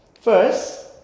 first